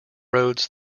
roads